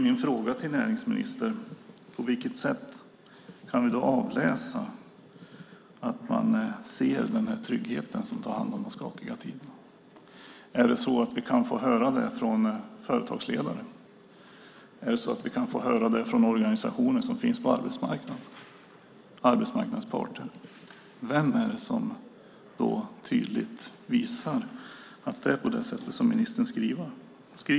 Min fråga till näringsministern blir då: På vilket sätt kan vi avläsa tryggheten i de skakiga tiderna? Får vi höra det från företagsledare? Får vi höra det från organisationerna på arbetsmarknaden, alltså arbetsmarknadens parter? Vem är det som tydligt visar att det är på det sätt som ministern skriver?